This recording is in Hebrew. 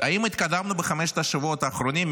האם התקדמנו בחמשת השבועות האחרונים,